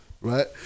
right